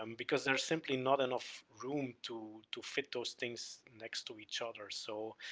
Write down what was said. um because there's simply not enough room to, to fit those things next to each other, so,